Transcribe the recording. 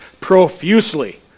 profusely